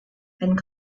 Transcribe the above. and